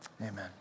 amen